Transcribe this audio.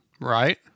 Right